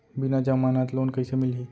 बिना जमानत लोन कइसे मिलही?